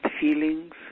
feelings